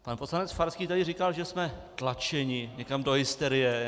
Pan poslanec Farský tady říkal, že jsme tlačeni někam do hysterie.